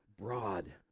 broad